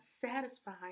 satisfied